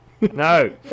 No